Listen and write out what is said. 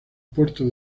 puerto